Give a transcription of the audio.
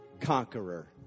conqueror